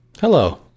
Hello